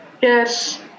yes